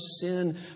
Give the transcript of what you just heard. sin